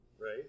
Right